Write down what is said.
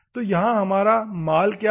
तो यहाँ हमारा माल क्या है